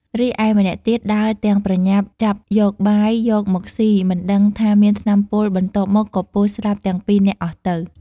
រីឯម្នាក់ទៀតដើរទាំងប្រញាប់ចាប់យក បាយយកមកស៊ីមិនដឹងថាមានថ្នាំពុលបន្ទាប់មកក៏ពុលស្លាប់ទាំងពីរនាក់អស់ទៅ។